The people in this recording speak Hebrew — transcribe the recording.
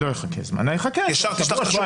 מיד תשלח לו שוב?